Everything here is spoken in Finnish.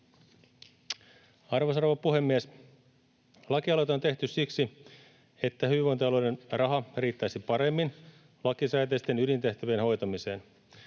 Arvoisa rouva puhemies! Lakialoite on tehty siksi, että hyvinvointialueiden raha riittäisi paremmin lakisääteisten ydintehtävien hoitamiseen.